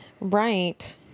right